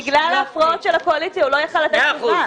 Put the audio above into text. ההפרעות של הקואליציה, הוא לא יכל לתת תשובה.